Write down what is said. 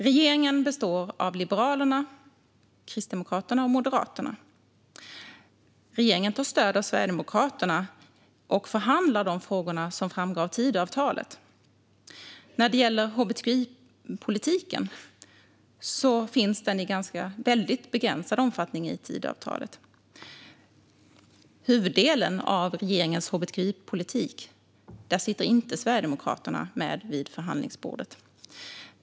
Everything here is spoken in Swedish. Regeringen består av Liberalerna, Kristdemokraterna och Moderaterna. Regeringen tar stöd av Sverigedemokraterna och förhandlar om de frågor som framgår av Tidöavtalet. När det gäller hbtqi-politiken finns den med i väldigt begränsad omfattning i Tidöavtalet. I fråga om huvuddelen av regeringens hbtqi-politik sitter Sverigedemokraterna inte med vid förhandlingsbordet.